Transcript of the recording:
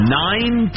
nine